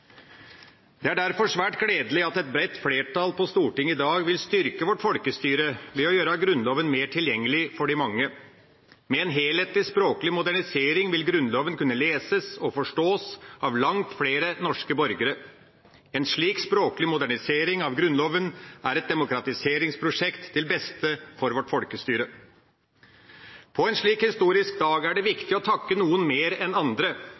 Det er derfor svært gledelig at et bredt flertall på Stortinget i dag vil styrke vårt folkestyre ved å gjøre Grunnloven mer tilgjengelig for de mange. Med en helhetlig språklig modernisering vil Grunnloven kunne leses og forstås av langt flere norske borgere. En slik språklig modernisering av Grunnloven er et demokratiseringsprosjekt til beste for vårt folkestyre. På en slik historisk dag er det viktig å takke noen mer enn andre,